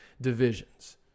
divisions